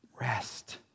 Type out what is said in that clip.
Rest